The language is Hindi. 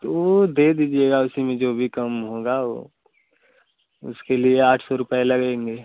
तो दे दीजिएगा उसी में जो भी कम होगा उसके लिए आठ सौ रुपये लगेंगे